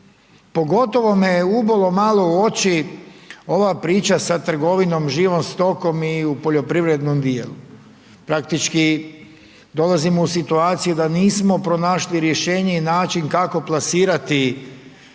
Pogotovo me je ubolo malo u oči ova priča sa trgovinom živom stokom i u poljoprivrednom dijelu. Praktički dolazimo u situaciju da nismo pronašli rješenje i način kako plasirati hrvatsku